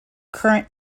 current